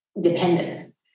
dependence